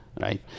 right